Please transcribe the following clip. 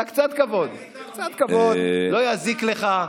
תגיד לנו איפה יש זיופים, קצת כבוד לא יזיק לך.